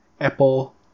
Apple